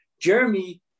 Jeremy